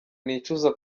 nicuza